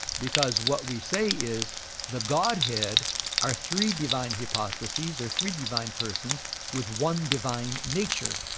because what we say is the godhead are three divine hypostases or three divine persons with one divine nature.